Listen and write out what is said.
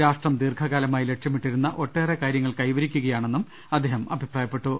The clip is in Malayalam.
രാഷ്ട്രം ദീർഘകാല മായി ലക്ഷ്യമിട്ടിരുന്ന ഒട്ടേറെ കാര്യങ്ങൾ കൈവരിക്കുകയാണെന്നും അദ്ദേഹം അഭിപ്രായപ്പെട്ടു